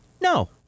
No